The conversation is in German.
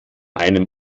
einem